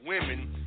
women